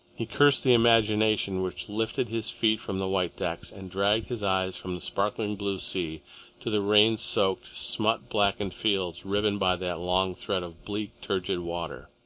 he cursed the imagination which lifted his feet from the white decks and dragged his eyes from the sparkling blue sea to the rain-soaked, smut-blackened fields riven by that long thread of bleak, turgid water.